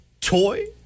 toy